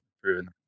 Proven